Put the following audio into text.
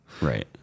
Right